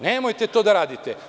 Nemojte to da radite.